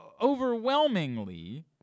overwhelmingly